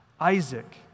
Isaac